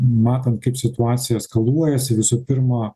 matant kaip situacija eskaluojasi ir visų pirma